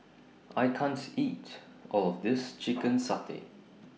I can't eat All of This Chicken Satay